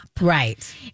Right